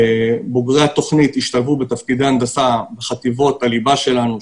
בוגרי התוכנית השתלבו בתפקידי הנדסה בחטיבות הליבה שלנו,